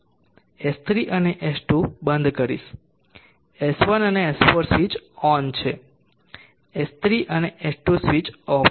S1 અને S 4 switch off છે પ્રોફેસરે ઓનને બદલે ઓએફ કહ્યું S3 અને S2 સ્વીચ ઓફ છે